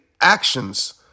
actions